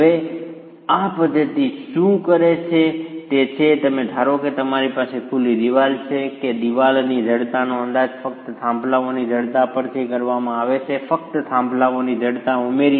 હવે આ પદ્ધતિ શું કરે છે તે છે તમે ધારો છો કે તમારી પાસે ખુલ્લી દિવાલ છે કે દિવાલની જડતાનો અંદાજ ફક્ત થાંભલાઓની જડતા પરથી કરવામાં આવે છે ફક્ત થાંભલાઓની જડતા ઉમેરીને